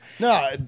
No